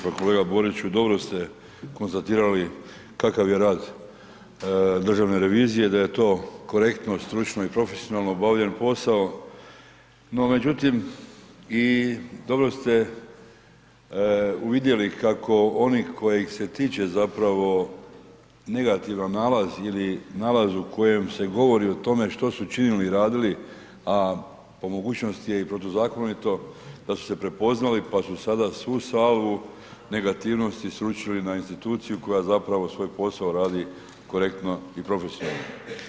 Pa kolega Boriću, dobro ste konstatirali kakav je rad Državne revizije, da je to korektno, stručno i profesionalno obavljen posao no međutim i dobro ste uvidjeli kako oni kojih se tiče zapravo negativan nalaz ili nalaz u kojem se govori u tome što su učinili i radili a po mogućnosti je i protuzakonito pa su se prepoznali, pa su sada svu salvu negativnosti srušili na instituciju koja zapravo svoj posao radi korektno i profesionalno.